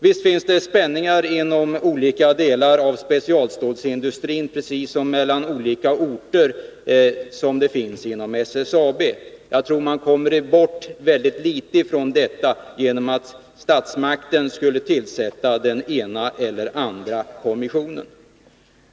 Visst finns det spänningar inom olika delar av specialstålsindustrin, precis som mellan olika orter — och som det finns inom SSAB. Men jag tror att man kommer bort mycket litet från det genom att statsmakten tillsätter den ena eller andra kommissionen.